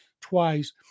twice